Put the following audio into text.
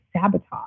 sabotage